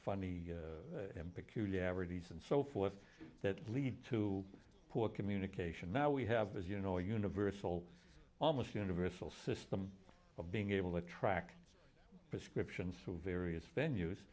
peculiarities and so forth that lead to poor communication now we have as you know universal almost universal system of being able to track prescriptions for various venue